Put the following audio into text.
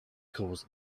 caused